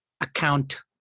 account